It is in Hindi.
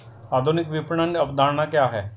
आधुनिक विपणन अवधारणा क्या है?